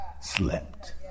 slept